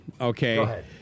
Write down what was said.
Okay